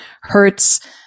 hurts